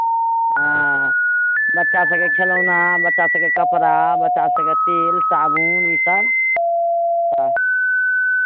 हँ बच्चा सभके खेलौना बच्चा सभके कपड़ा बच्चा सभके तेल साबुन इसभ हँ